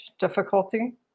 difficulty